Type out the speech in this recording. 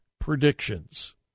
predictions